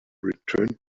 return